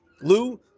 Lou